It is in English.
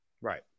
right